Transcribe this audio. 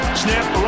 snap